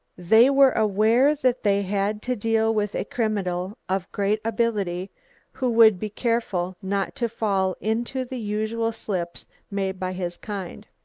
they were aware that they had to deal with a criminal of great ability who would be careful not to fall into the usual slips made by his kind.